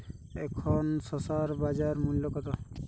এখন শসার বাজার মূল্য কত?